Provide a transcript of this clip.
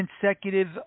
consecutive